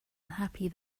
unhappy